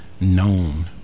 known